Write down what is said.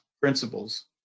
principles